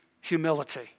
Humility